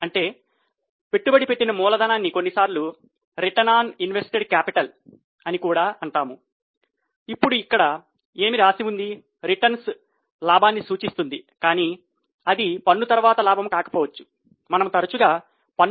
అంటే పెట్టుబడి పెట్టిన మూలధనాన్ని కొన్నిసార్లు రిటర్న్ ఆన్ ఇన్వెస్టడ్ కాపిటల్ తీసుకొని తిరిగి వడ్డీని జోడించవచ్చు